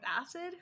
acid